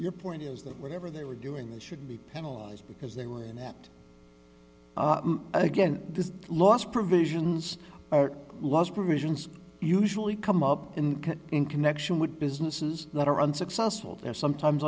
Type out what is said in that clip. your point is that whatever they were doing they should be penalize because they were in that again this loss provisions are lost provisions usually come up in connection with businesses that are unsuccessful their sometimes